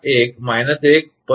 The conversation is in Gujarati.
0minus 1